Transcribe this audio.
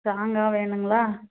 ஸ்ட்ராங்காக வேணுங்களா